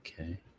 Okay